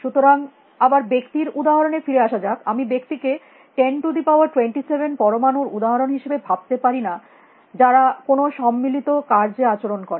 সুতরাং আবার ব্যক্তির উদাহরণে ফিরে আসা যাক আমি ব্যক্তিকে 1027 পরমাণুর উদাহরণ হিসাবে ভাবতে পারি না যারা কোনো সম্মিলিত কার্যে আচরণ করে